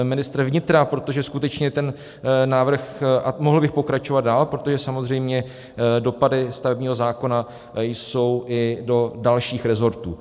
Ministr vnitra, protože skutečně ten návrh, a mohl bych pokračovat dál, protože samozřejmě dopady stavebního zákona jsou i do dalších resortů.